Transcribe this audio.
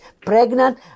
pregnant